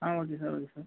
ah okay sir okay sir